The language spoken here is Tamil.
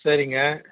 சரிங்க